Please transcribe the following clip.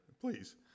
please